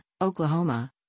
Oklahoma